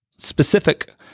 specific